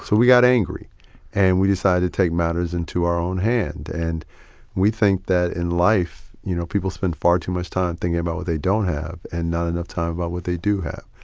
so we got angry and we decided to take matters into our own hands and we think that in life, you know people spend far too much time thinking about what they don't have and not enough time about what they do have.